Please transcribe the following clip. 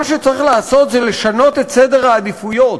מה שצריך לעשות זה לשנות את סדר העדיפויות,